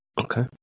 Okay